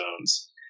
zones